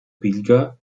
pilger